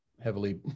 heavily